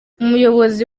umuyobozi